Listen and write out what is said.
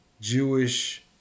Jewish